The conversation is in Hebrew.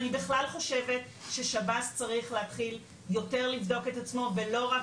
אני בכלל חושבת ששב"ס צריך להתחיל יותר לבדוק את עצמו ולא רק